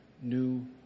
new